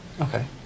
Okay